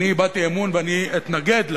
אני הבעתי אמון ואני אתנגד לה.